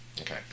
Okay